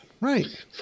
Right